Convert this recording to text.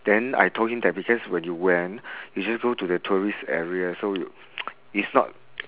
then I told him that because when you went you just go to the tourist area so it's not